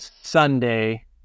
Sunday